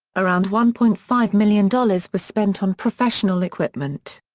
around one point five million dollars was spent on professional equipment.